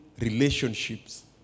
relationships